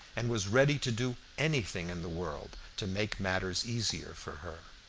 and was ready to do anything in the world to make matters easier for her.